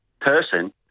person